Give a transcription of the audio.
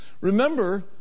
Remember